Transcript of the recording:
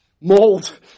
Mold